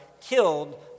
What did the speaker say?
killed